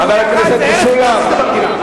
חבר הכנסת משולם,